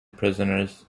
prisoners